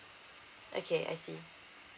okay I see